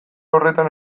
horretan